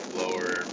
lower